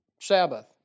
sabbath